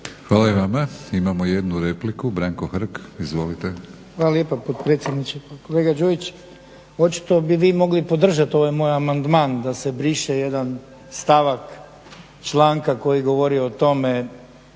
Hvala i vama. Imamo jednu repliku, Branko Hrg izvolite. **Hrg, Branko (HSS)** Hvala lijepa potpredsjedniče. Pa kolega Đujić, očito bi vi mogli podržati ovaj moj amandman da se briše jedan stavak članka koji govori o tome,